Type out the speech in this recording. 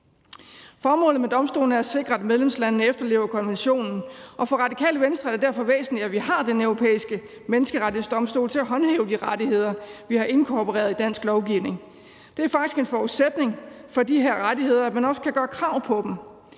Formålet med domstolen er at sikre, at medlemslandene efterlever konventionen, og for Radikale Venstre er det derfor væsentligt, at vi har Den Europæiske Menneskerettighedsdomstol til at håndhæve de rettigheder, vi har inkorporeret i dansk lovgivning. Det er faktisk en forudsætning for de her rettigheder, at man også kan gøre krav på dem